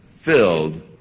filled